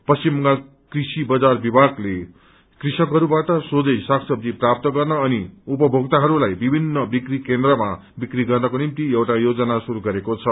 पश्चिम बंगाल कृषि बजार विभागले कृषकहरूबाट सोझै सागसब्जी प्राप्त गर्न अनि उपभोक्ताहरूलाई विभिन्न विक्री केन्द्रमा विक्री गर्नको निम्ति एउटा योजना शुरू गरेको छ